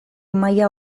maila